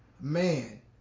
Man